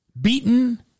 beaten